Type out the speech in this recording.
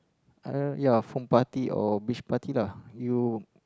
uh ya foam party or beach party lah you